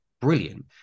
brilliant